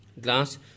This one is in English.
Glass